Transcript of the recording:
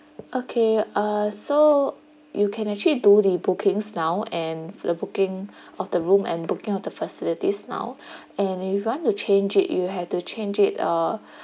okay uh so you can actually do the bookings now and for the booking of the room and booking of the facilities now and if you want to change it you have to change it uh